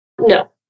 No